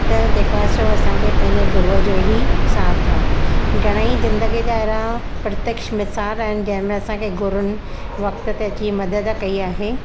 त जेको आहे असांखे पंहिंजे गुरू जो ई साथ आहे घणेई जिंदगी जा अहिड़ा प्रत्यक्ष मिसाल आहिनि जंहिंमें असांखे गुरूनि वक़्ति ते अची मदद कयी आहे